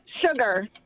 sugar